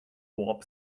warp